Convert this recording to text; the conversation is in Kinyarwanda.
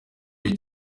gihe